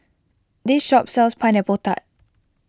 this shop sells Pineapple Tart